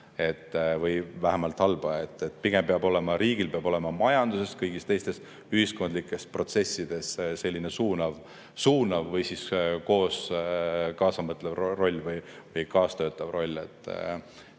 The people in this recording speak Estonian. või vähemalt halba. Pigem peab riigil olema majanduses ja kõigis teistes ühiskondlikes protsessides selline suunav või siis koos kaasamõtlev roll või kaasatöötav roll.